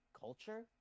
culture